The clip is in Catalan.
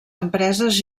empreses